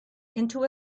into